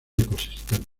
ecosistemas